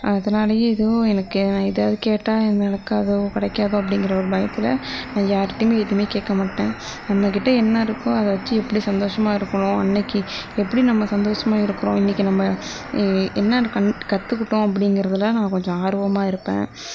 அதனாலையே எதுவும் எனக்கு நான் எதாவது கேட்டால் நடக்காதோ கிடைக்காதோ அப்படிங்கிற ஒரு பயத்தில் நான் யார்கிட்டயுமே எதுவுமே கேட்க மாட்டேன் நம்மக்கிட்ட என்ன இருக்கோ அதை வச்சு எப்படி சந்தோஷமாக இருக்கணும் அன்னைக்கு எப்படி நம்ம சந்தோஷமாக இருக்குறோம் இன்னைக்கு நம்ம என்ன கற்றுக்கிட்டோம் அப்படிங்கிறதுல நான் கொஞ்சம் ஆர்வமாக இருப்பேன்